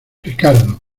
ricardo